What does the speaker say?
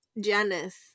Janice